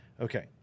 okay